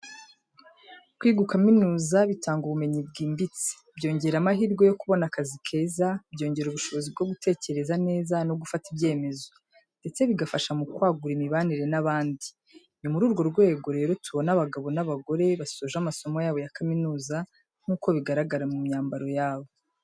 Kwiga ukaminuza bitanga ubumenyi bwimbitse, byongera amahirwe yo kubona akazi keza, byongera ubushobozi bwo gutekereza neza no gufata ibyemezo, ndetse bigafasha mu kwagura imibanire n’abandi. Ni muri urwo rwego rero tubona abagabo n'abagore basoje amasomo yabo ya kaminuza nk'uko bigaragara mu myambaro yabo.